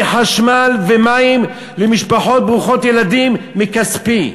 חשמל ומים למשפחות ברוכות ילדים מכספי?